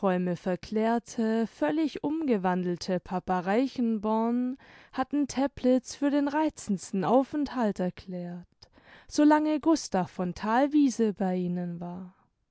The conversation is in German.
verklärte völlig umgewandelte papa reichenborn hatten teplitz für den reizendsten aufenthalt erklärt so lange gustav von thalwiese bei ihnen war